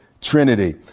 Trinity